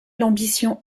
l’ambition